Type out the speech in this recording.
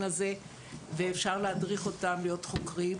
הזה ואפשר להדריך אותם להיות חוקרים,